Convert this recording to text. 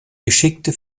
geschickte